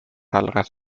algas